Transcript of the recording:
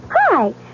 Hi